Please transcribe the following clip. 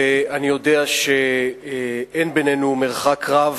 ואני יודע שאין בינינו מרחק רב